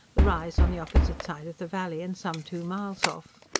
the rise on the opposite side of the valley and some two miles off.